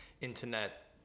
internet